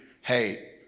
hey